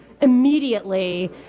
immediately